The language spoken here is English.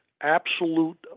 absolute